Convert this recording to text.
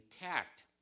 intact